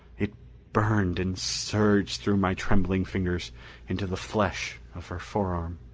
it burned and surged through my trembling fingers into the flesh of her forearm.